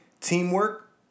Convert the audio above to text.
teamwork